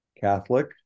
Catholic